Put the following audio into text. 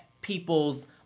people's